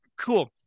cool